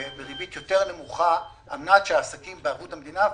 בריבית יותר נמוכה על מנת שהעסקים בערבות המדינה,